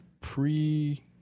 pre